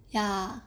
ya